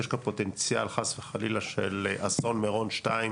יש גם פוטנציאל חס וחלילה של אסון מירון שתיים